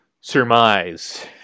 surmise